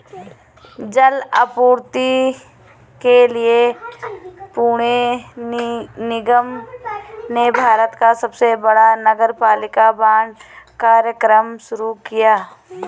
जल आपूर्ति के लिए पुणे निगम ने भारत का सबसे बड़ा नगरपालिका बांड कार्यक्रम शुरू किया